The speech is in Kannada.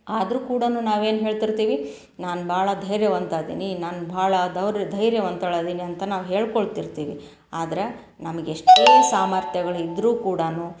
ಆದರೂ ಕೂಡ ನಾವೇವು ಹೇಳ್ತಿರ್ತೀವಿ ನಾನು ಭಾಳ ಧೈರ್ಯವಂತ ಅದೀನಿ ನಾನು ಭಾಳ ದೌರ್ ಧೈರ್ಯವಂತಳು ಅದೀನಿ ಅಂತ ನಾವ್ ಹೇಳ್ಕೊಳ್ತಿರ್ತೀವಿ ಆದ್ರೆ ನಮ್ಗೆ ಎಷ್ಟೇ ಸಾಮರ್ಥ್ಯಗಳು ಇದ್ದರೂ ಕೂಡಾ